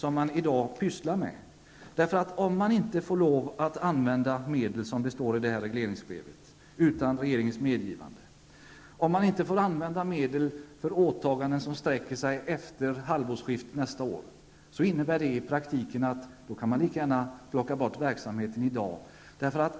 Om turistrådet inte får använda medel som riksdagen har anvisat utan regeringens medgivande för åtaganden som sträcker sig efter halvårsskiftet nästa år, innebär det i praktiken att det är lika bra att lägga ner verksamheten redan i dag.